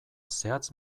zehatz